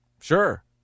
Sure